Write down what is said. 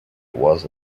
was